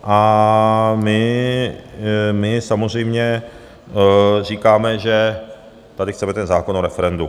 A my samozřejmě říkáme, že tady chceme ten zákon o referendu.